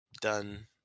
done